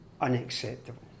unacceptable